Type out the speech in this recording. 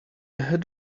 had